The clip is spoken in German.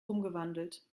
umgewandelt